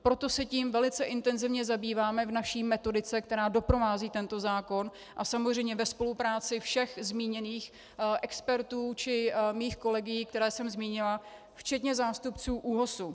Proto se tím velice intenzivně zabýváme v naší metodice, která doprovází tento zákon, a samozřejmě ve spolupráci všech zmíněných expertů či mých kolegů, které jsem zmínila, včetně zástupců ÚOHS.